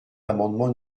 l’amendement